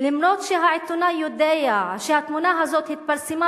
למרות שהעיתונאי יודע שהתמונה הזו התפרסמה,